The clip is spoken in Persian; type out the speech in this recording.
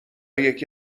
یکی